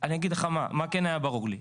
אני אגיד לך מה כן היה ברור לי,